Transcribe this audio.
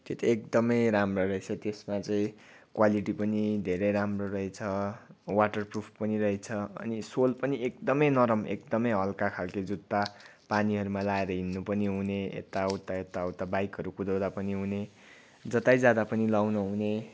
त्यो त एकदमै राम्रो रहेछ त्यसमा चाहिँ क्वालिटी पनि धेरै राम्रो रहेछ वाटर प्रुफ पनि रहेछ अनि सोल पनि एकदमै नरम एकदमै हल्का खालको जुत्ता पानीहरूमा लाएर हिँड्नु पनि हुने यताउता यताउता बाइकहरू कुदाउँदा पनि हुने जतै जाँदा पनि लाउनु हुने